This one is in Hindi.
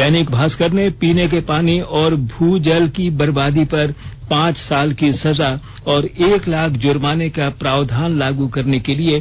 दैनिक भास्कर ने पीने के पानी और भूजल की बर्बादी पर पांच साल की सजा और एक लाख जुर्माने का प्रावधान लागू करने के लिए